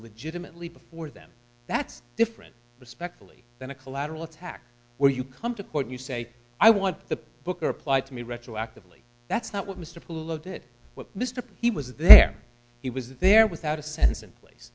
legitimately before them that's different respectfully than a collateral attack where you come to court you say i want the book applied to me retroactively that's not what mr pulo did what mr he was there he was there without a sense in place